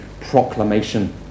proclamation